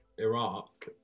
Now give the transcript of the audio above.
Iraq